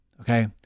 Okay